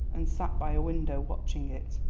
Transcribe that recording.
and sat by a window watching it.